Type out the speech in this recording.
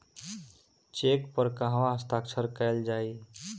Check पर कहवा हस्ताक्षर कैल जाइ?